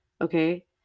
okay